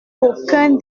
qu’aucun